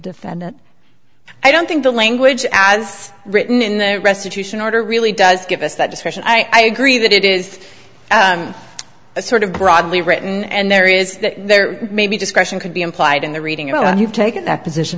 defendant i don't think the language as written in the restitution order really does give us that discretion i agree that it is a sort of broadly written and there is that there may be discretion could be implied in the reading about have taken that position